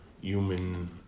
human